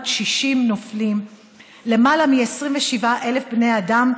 למעלה מ-27,000 בני אדם.